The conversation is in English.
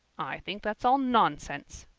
i think that's all nonsense,